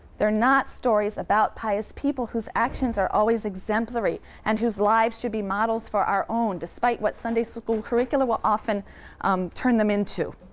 they're not stories about pious people whose actions are always exemplary and whose lives should be models for our own, despite what sunday school curricula will often um turn them into.